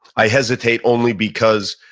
i hesitate only because,